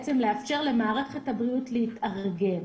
לאפשר למערכת הבריאות להתארגן,